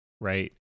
right